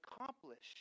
accomplished